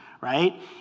right